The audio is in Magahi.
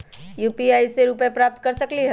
यू.पी.आई से रुपए प्राप्त कर सकलीहल?